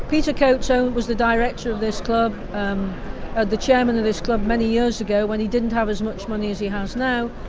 peter coates so was the director of this club and the chairman of this club many years ago when he didn't have as much money as he has now.